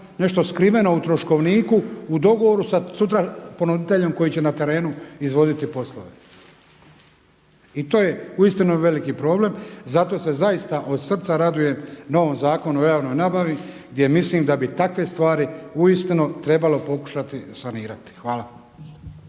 nešto skriveno u troškovniku u dogovoru sa sutra ponuditeljem koji će na terenu izvoditi poslove. I to je uistinu veliki problem. Zato se zaista od srca radujem novom Zakonu o javnoj nabavi gdje mislim da bi takve stvari uistinu trebalo pokušati sanirati. Hvala.